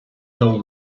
till